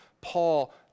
Paul